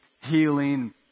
healing